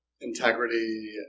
integrity